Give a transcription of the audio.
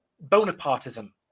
bonapartism